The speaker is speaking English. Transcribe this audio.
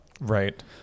Right